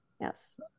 Yes